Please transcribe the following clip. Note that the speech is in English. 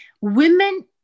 Women